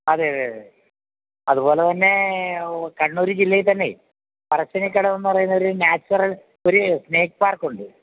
അതെ അതെ അതെ അതുപോലെ തന്നെ കണ്ണൂർ ജില്ലയിൽ തന്നെ പറശ്ശിനിക്കടവെന്ന് പറയുന്ന ഒരു നാച്ചൊറൽ ഒരു സ്നേക്ക് പാർക്ക് ഉണ്ട്